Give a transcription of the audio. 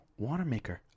Watermaker